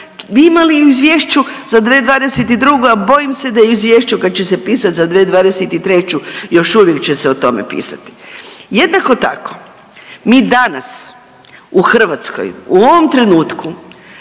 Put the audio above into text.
bi imali i u izvješću za 2022., a bojim se o izvješću kad će se pisat za 2023. još uvijek će se o tome pisat. Jednako tako mi danas u Hrvatskoj u ovom trenutku